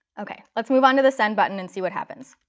ok. let's move on to the send button and see what happens.